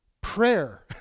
prayer